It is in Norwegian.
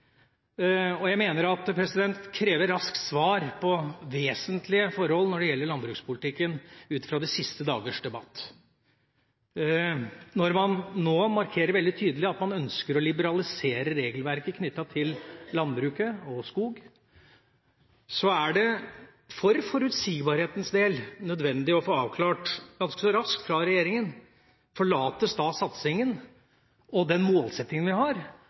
og jeg mener at det ut fra de siste dagers debatt kreves et raskt svar på vesentlige forhold når det gjelder landbrukspolitikken. Når man nå markerer veldig tydelig at man ønsker å liberalisere regelverket knyttet til landbruk og skog, er det for forutsigbarhetens del nødvendig at regjeringa nokså raskt avklarer om man forlater den satsingen og den målsettingen vi har